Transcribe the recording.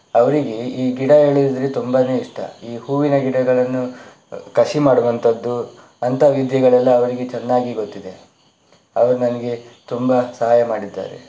ಅವರಿಗೆ ಈ ಗಿಡ ಹೇಳಿದರೆ ತುಂಬಾನೇ ಇಷ್ಟ ಈ ಹೂವಿನ ಗಿಡಗಳನ್ನು ಕಸಿ ಮಾಡುವಂಥದ್ದು ಅಂಥ ವಿದ್ಯೆಗಳೆಲ್ಲ ಅವರಿಗೆ ಚೆನ್ನಾಗಿ ಗೊತ್ತಿದೆ ಅವರು ನನಗೆ ತುಂಬ ಸಹಾಯ ಮಾಡಿದ್ದಾರೆ